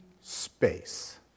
space